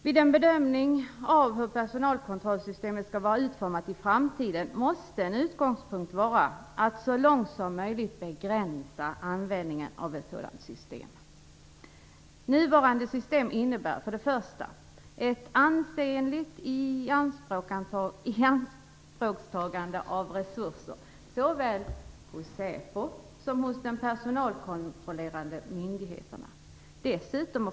Vid en bedömning av hur personalkontrollsystemet skall vara utformat i framtiden måste en utgångspunkt vara att så långt som möjligt begränsa användningen av ett sådant system. Nuvarande system innebär först och främst ett ansenligt ianspråktagande av resurser, såväl hos Säpo som hos de personalkontrollerande myndigheterna.